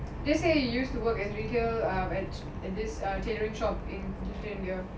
just say you used to work at retail uh at this textile shop